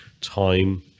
time